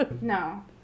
No